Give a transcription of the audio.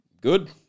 Good